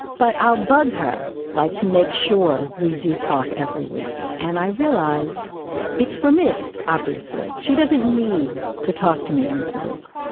but i'll bug her like to make sure we do talk every week. and i realize it's for me. obviously, she doesn't need to talk to me once a week.